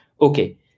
Okay